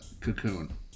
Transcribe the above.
Cocoon